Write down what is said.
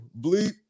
bleep